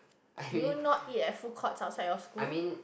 do you not eat at food courts outside your school